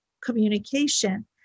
communication